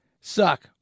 Suck